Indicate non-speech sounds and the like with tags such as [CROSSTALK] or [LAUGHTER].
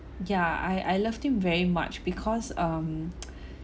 yeah I I loved him very much because um [NOISE]